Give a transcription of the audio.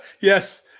yes